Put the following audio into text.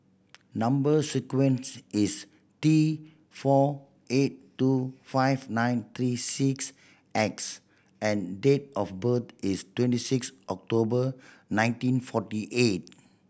number sequence is T four eight two five nine three six X and date of birth is twenty six October nineteen forty eight